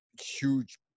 huge